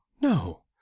no